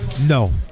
No